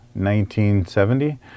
1970